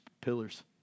pillars